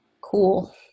cool